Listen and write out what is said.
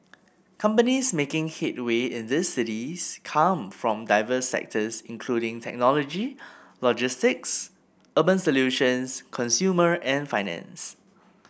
companies making headway in this cities come from diverse sectors including technology logistics urban solutions consumer and finance